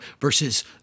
versus